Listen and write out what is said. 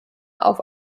auf